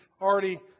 already